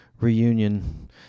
Reunion